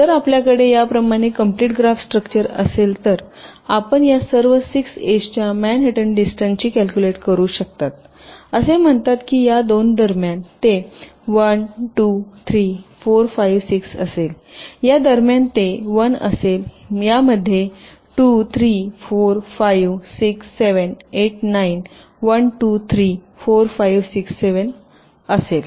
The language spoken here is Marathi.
जर आपल्याकडे याप्रमाणे कंप्लिट ग्राफ स्ट्रक्चर असेल तर आपण या सर्व 6 एजच्या मॅनहॅटनच्या डिस्टन्स ची कॅल्कुलेट करू शकता असे म्हणा की या 2 दरम्यान ते 1 2 3 4 5 6 असेल या दरम्यान ते 1 असेल यामध्ये 2 3 4 5 6 7 8 9 1 2 3 4 5 6 7